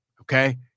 okay